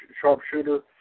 sharpshooter